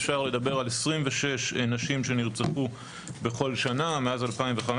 אפשר לדבר על 26 נשים שנרצחו בכל שנה מאז 2015,